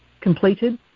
completed